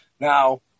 Now